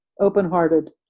open-hearted